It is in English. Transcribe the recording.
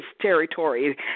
territory